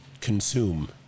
consume